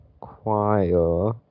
choir